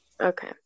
Okay